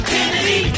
Kennedy